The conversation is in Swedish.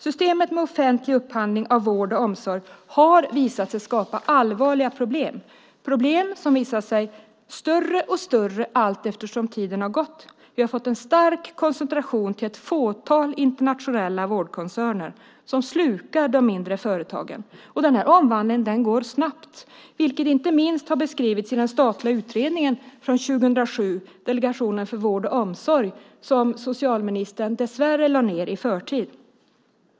Systemet med offentlig upphandling av vård och omsorg har visat sig skapa allvarliga problem - problem som visat sig bli större och större allteftersom tiden gått. Vi har fått en stark koncentration till ett fåtal internationella vårdkoncerner som slukar de mindre företagen. Denna omvandling går snabbt, vilket inte minst beskrivs i den statliga utredningen från 2007 - Delegationen för mångfald inom vård och omsorg, som socialministern dessvärre lade ned i förtid.